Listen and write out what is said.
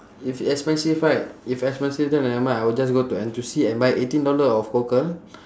if expensive right if expensive then nevermind I will just go to N_T_U_C and buy eighteen dollar of cockle